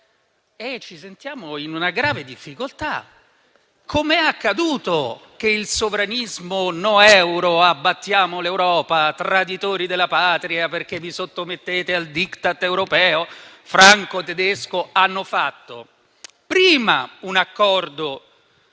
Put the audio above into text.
Ci sentiamo in una grave difficoltà: come è accaduto che i sovranisti "no euro, abbattiamo l'Europa, traditori della Patria perché vi sottomettete al *Diktat* europeo franco-tedesco" abbiamo fatto prima un accordo